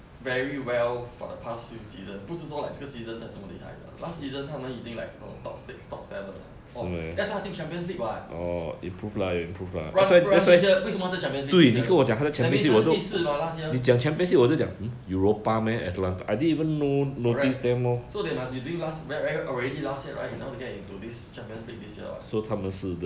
very well for the past few season 不是说 like 这个 season 他这么厉害 last season 他们已经 like no top six top seven liao oh that's why 他进 champions league [what] 不然不然 this year 为什么 champions league this year that's means 他是第四吗 last year correct so they must be doing last ve~ ver~ already last year right you know how they got into this